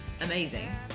amazing